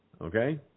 Okay